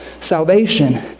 Salvation